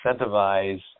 incentivize